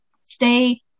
Stay